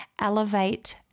Elevate